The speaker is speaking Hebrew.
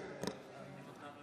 (קוראת בשמות חברי הכנסת)